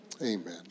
amen